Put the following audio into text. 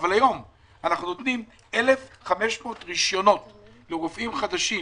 היום אנחנו נותנים 1,500 רישיונות לרופאים חדשים,